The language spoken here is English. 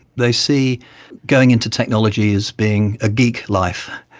they see going into technology as being a geek life,